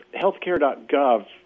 healthcare.gov